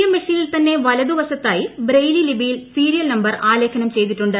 M മെഷീനിൽ തന്നെ വലതുവശത്തായി ബ്രെയിലി ലിപിയിൽ സീരിയൽ നമ്പർ ആലേഖനം ചെയ്തിട്ടുണ്ട്